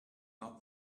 not